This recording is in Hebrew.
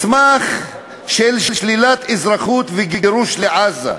מסמך של שלילת אזרחות וגירוש לעזה.